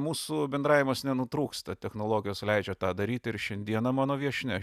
mūsų bendravimas nenutrūksta technologijos leidžia tą daryti ir šiandieną mano viešnia